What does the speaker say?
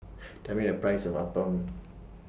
Tell Me The Price of Appam